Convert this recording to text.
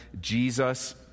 Jesus